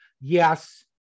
yes